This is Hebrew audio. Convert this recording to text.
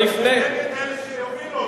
ונגד אלה שהובילו אותו.